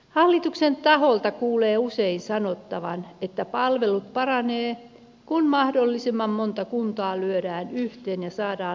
hallituksen taholta kuulee usein sanottavan että palvelut paranevat kun mahdollisimman monta kuntaa lyödään yhteen ja saadaan leveät hartiat